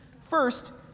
First